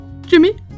Jimmy